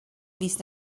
fis